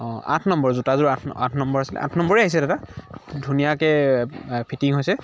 অঁ আঠ নম্বৰ জোতাযোৰ আঠ আঠ নম্বৰ আছিলে আঠ নম্বৰেই আহিছে দাদা ধুনীয়াকৈ ফিটিং হৈছে